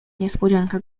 niespodzianka